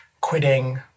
quitting